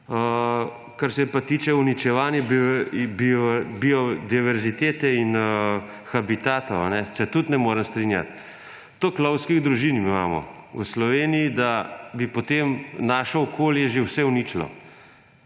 Kar se pa tiče uničevanja biodiverzitete in habitatov, se tudi ne morem strinjati. Toliko lovskih družin imamo v Sloveniji, da bi potem že vse naše okolje uničili.